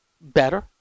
better